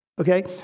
Okay